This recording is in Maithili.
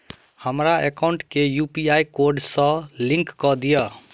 हमरा एकाउंट केँ यु.पी.आई कोड सअ लिंक कऽ दिऽ?